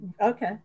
Okay